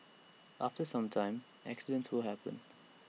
after some time accidents will happen